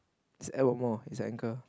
just add one more it's an anchor